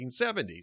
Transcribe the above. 1970s